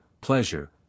pleasure